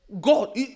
God